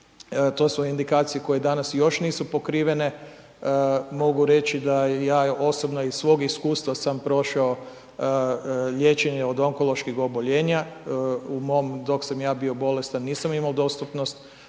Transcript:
to su indikacije koje danas još nisu pokrivene. Mogu reći da i ja osobno iz svog iskustva sam prošao liječenje od onkološkog oboljenja, u mom, dok sam ja bio bolestan, nisam imao dostupnost